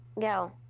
Go